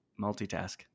multitask